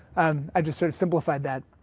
i just sort of simplified that.